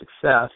success